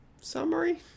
summary